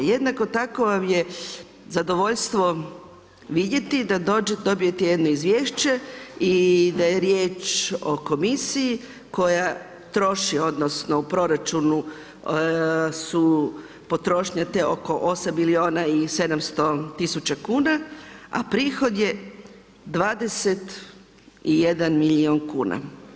Jednako tako vam je zadovoljstvo vidjeti da dobijete jedno izvješće i da je riječ o komisiji koja troši, odnosno u proračunu su potrošnja oko … 8 milijuna i 700 tisuća kuna a prihod je 21 milijun kuna.